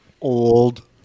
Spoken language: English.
Old